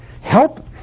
help